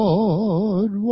Lord